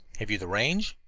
have you the range?